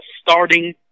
starting